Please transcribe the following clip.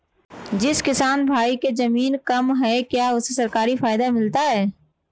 जिस किसान भाई के ज़मीन कम है क्या उसे सरकारी फायदा मिलता है?